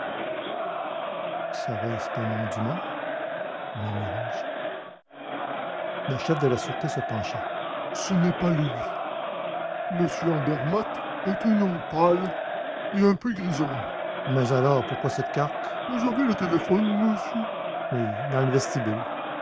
serait-ce le nom du mort murmurai-je le chef de la sûreté se pencha ce n'est pas lui m andermatt est un homme pâle et un peu grisonnant mais alors pourquoi cette carte vous avez le téléphone monsieur oui dans le vestibule